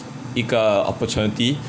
一个 opportunity